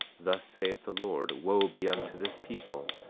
thus saith the lord wo be unto this people,